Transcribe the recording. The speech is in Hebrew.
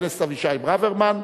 חבר הכנסת אבישי ברוורמן,